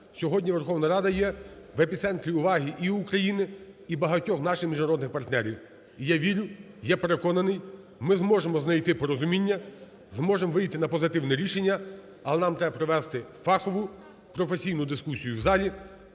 Сьогодні Верховна Рада є в епіцентрі уваги і України, і багатьох наших міжнародних партнерів. І я вірю, я переконаний, ми зможемо знайти порозуміння. Зможемо вийти на позитивне рішення, але нам треба провести фахову, професійну дискусію в залі.